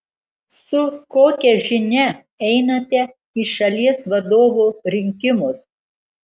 su kokia žinia einate į šalies vadovo rinkimus